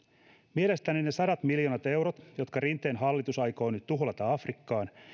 mielestäni ne sadat miljoonat eurot jotka rinteen hallitus aikoo nyt tuhlata afrikkaan